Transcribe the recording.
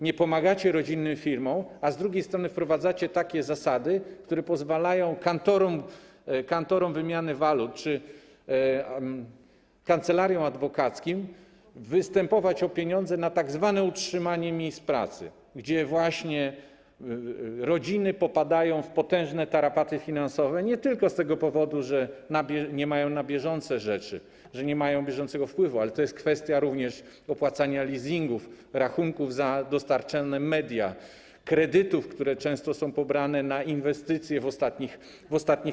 Nie pomagacie rodzinnym firmom, a z drugiej strony wprowadzacie takie zasady, które pozwalają kantorom wymiany walut czy kancelariom adwokackim występować o pieniądze na tzw. utrzymanie miejsc pracy, gdy właśnie rodziny popadają w potężne tarapaty finansowe nie tylko z tego powodu, że nie mają na bieżące rzeczy, że nie mają bieżącego wpływu ale to jest kwestia również opłacania leasingów, rachunków za dostarczone media, kredytów, które często są pobrane na inwestycje w ostatnich latach.